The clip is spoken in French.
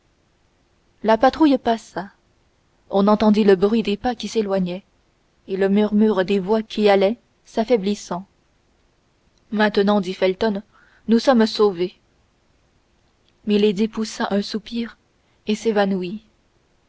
la patrouille passa on entendit le bruit des pas qui s'éloignait et le murmure des voix qui allait s'affaiblissant maintenant dit felton nous sommes sauvés milady poussa un soupir et s'évanouit